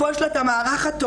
פה יש לה את המערך התומך.